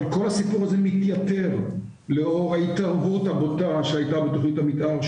אבל כל הסיפור הזה מתייתר לאור ההתערבות הבוטה שהייתה בתכנית המתאר,